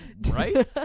Right